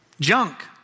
Junk